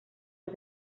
sus